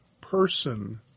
person